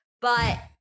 But-